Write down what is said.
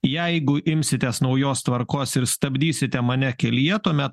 jeigu imsitės naujos tvarkos ir stabdysite mane kelyje tuomet